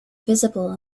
visible